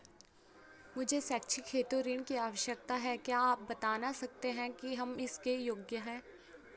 मुझे शैक्षिक हेतु ऋण की आवश्यकता है क्या आप बताना सकते हैं कि हम इसके योग्य हैं?